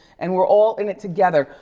and we're all in it together.